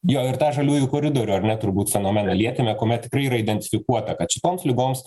jo ir tą žaliųjų koridorių ar ne turbūt fenomeną lietėme kuomet tikrai yra identifikuota kad šitoms ligoms